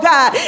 God